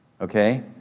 Okay